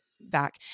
back